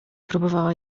próbowała